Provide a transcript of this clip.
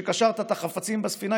שקשרת את החפצים בספינה,